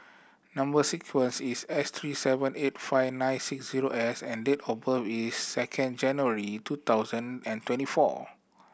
number sequence is S three seven eight five nine six zero S and date of birth is second January two thousand and twenty four